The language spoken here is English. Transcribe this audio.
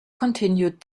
continued